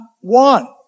one